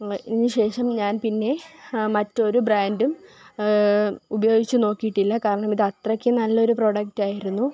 ഇതിനുശേഷം ഞാന് പിന്നെ മറ്റൊരു ബ്രാണ്ടും ഉപയോഗിച്ചു നോക്കിയിട്ടില്ല കാരണം ഇത് അത്രക്കും നല്ലൊരു പ്രോഡക്റ്റ് ആയിരുന്നു